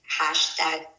hashtag